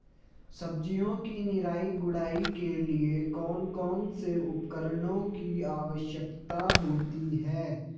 सब्जियों की निराई गुड़ाई के लिए कौन कौन से उपकरणों की आवश्यकता होती है?